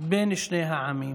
בין שני העמים,